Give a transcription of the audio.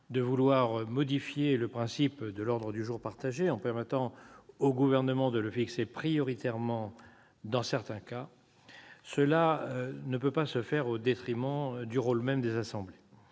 de vouloir modifier le principe de l'ordre du jour partagé, en permettant au Gouvernement de le fixer prioritairement dans certains cas, cela ne peut se faire au détriment du rôle même des assemblées.